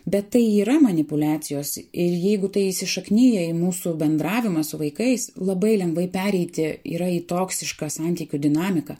bet tai yra manipuliacijos ir jeigu tai įsišaknija į mūsų bendravimą su vaikais labai lengvai pereiti yra į toksišką santykių dinamiką